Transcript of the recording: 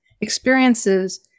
experiences